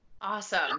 Awesome